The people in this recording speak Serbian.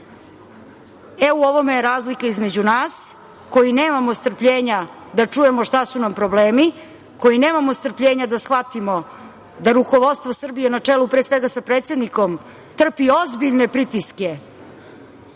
ovome je razlika između nas koji nemamo strpljenja da čujemo šta su nam problemi, koji nemamo strpljenja da shvatimo da rukovodstvo Srbije, na čelu pre svega sa predsednikom, trpi ozbiljne pritiske